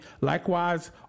Likewise